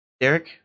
Derek